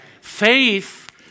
Faith